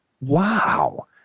wow